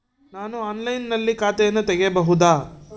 ನಾನು ಆನ್ಲೈನಿನಲ್ಲಿ ಖಾತೆಯನ್ನ ತೆಗೆಯಬಹುದಾ?